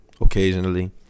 occasionally